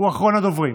הוא אחרון הדוברים